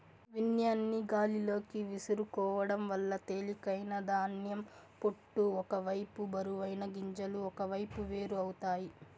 ధాన్యాన్ని గాలిలోకి విసురుకోవడం వల్ల తేలికైన ధాన్యం పొట్టు ఒక వైపు బరువైన గింజలు ఒకవైపు వేరు అవుతాయి